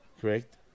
correct